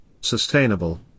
sustainable